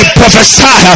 prophesy